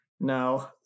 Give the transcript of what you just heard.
No